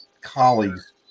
colleagues